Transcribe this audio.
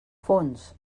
fons